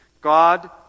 God